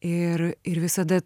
ir ir visada